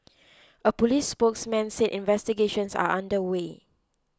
a police spokesman said investigations are under way